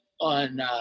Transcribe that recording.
on